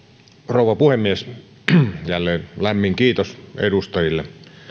rouva puhemies jälleen lämmin kiitos edustajille